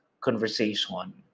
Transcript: conversation